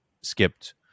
skipped